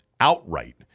outright